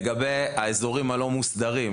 לגבי האזורים הלא מוסדרים,